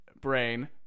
brain